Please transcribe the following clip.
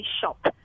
shop